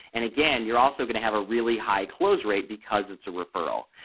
and again you're also going to have a really high close rate because it's a referral.